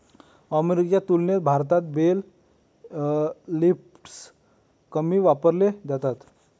अमेरिकेच्या तुलनेत भारतात बेल लिफ्टर्स कमी वापरले जातात